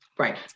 Right